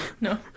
No